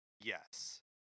Yes